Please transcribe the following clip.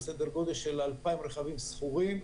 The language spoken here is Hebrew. סדר גודל של 2,000 רכבים שכורים,